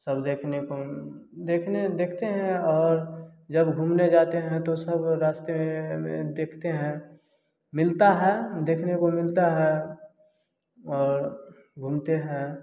सब देखने को देखने देखते और जब घूमने जाते हैं तो सब रास्ते में दिखते हैं मिलता है देखने को मिलता है और घूमते हैं